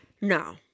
No